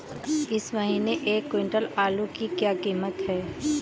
इस महीने एक क्विंटल आलू की क्या कीमत है?